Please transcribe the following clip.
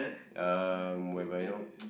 um whereby you know